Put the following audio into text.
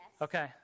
Okay